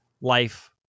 life